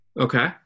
Okay